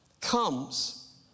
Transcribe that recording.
comes